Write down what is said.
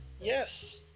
yes